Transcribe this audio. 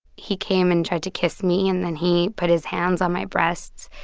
he came and tried to kiss me, and then he put his hands on my breasts,